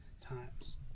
times